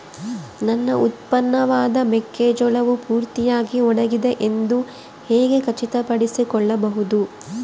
ನನ್ನ ಉತ್ಪನ್ನವಾದ ಮೆಕ್ಕೆಜೋಳವು ಪೂರ್ತಿಯಾಗಿ ಒಣಗಿದೆ ಎಂದು ಹೇಗೆ ಖಚಿತಪಡಿಸಿಕೊಳ್ಳಬಹುದು?